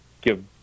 give –